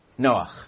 Noach